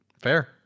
Fair